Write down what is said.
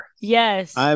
Yes